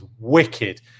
wicked